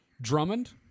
Drummond